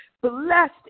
Blessed